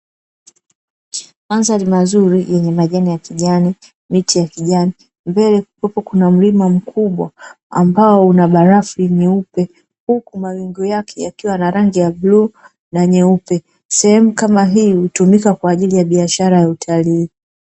Mandhari mazuri yenye majani ya kijani, miti ya kijani, mbele kupo kuna mlima mkubwa ambao una barafu nyeupe, huku mawingu yake yakiwa na rangi ya bluu na nyeupe. Sehemu kama hii hutumika kwa ajili ya biashara ya utalii.